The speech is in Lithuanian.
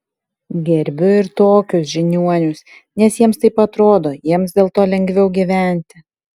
gerbiu ir tokius žiniuonius nes jiems taip atrodo jiems dėl to lengviau gyventi